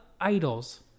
idols